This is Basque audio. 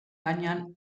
gainean